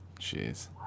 Jeez